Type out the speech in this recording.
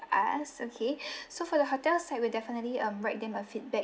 us okay so for the hotel side we'll definitely um write them a feedback